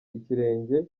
ikirenge